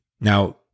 Now